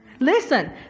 Listen